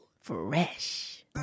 fresh